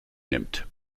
nimmt